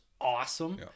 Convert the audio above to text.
awesome